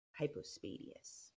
hypospadias